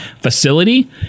facility